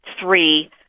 three